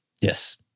yes